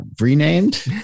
renamed